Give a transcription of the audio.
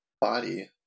body